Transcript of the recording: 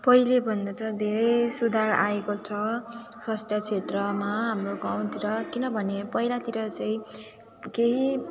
पहिलेभन्दा त धेरै सुधार आएको छ स्वास्थ्य क्षेत्रमा हाम्रो गाउँतिर किनभने पहिलातिर चाहिँ केही